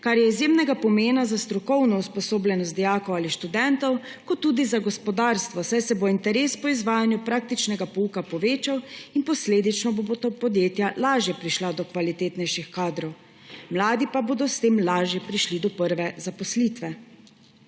kar je izjemnega pomena za strokovno usposobljenost dijakov ali študentov in tudi za gospodarstvo, saj se bo interes po izvajanju praktičnega pouka povečal in posledično bodo podjetja lažje prišla do kvalitetnejših kadrov, mladi pa bodo s tem lažje prišli do prve zaposlitve.